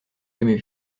jamais